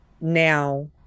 Now